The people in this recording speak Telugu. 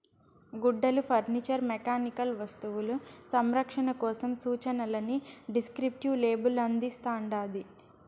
గుడ్డలు ఫర్నిచర్ మెకానికల్ వస్తువులు సంరక్షణ కోసం సూచనలని డిస్క్రిప్టివ్ లేబుల్ అందిస్తాండాది